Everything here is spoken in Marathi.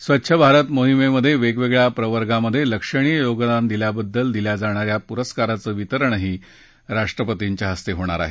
स्वच्छ भारत मोहिमेत वेगवेगळया प्रवर्गामधे लक्षणीय योगदानाबद्दल दिल्या जाणा या पुरस्कारांचं वितरणही राष्ट्रपतींच्या हस्ते होणार आहे